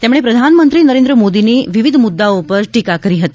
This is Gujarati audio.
તેમણે પ્રધાનમંત્રી નરેન્દ્ર મોદીની વિવિધ મુદ્દાઓ ઉપર ટીકા કરી હતી